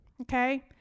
okay